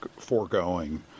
foregoing